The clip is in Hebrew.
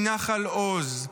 מנחל עוז,